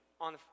on